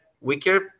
weaker